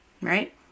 right